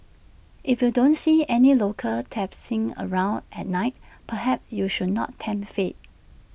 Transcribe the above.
if you don't see any locals traipsing around at night perhaps you should not tempt fate